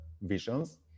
visions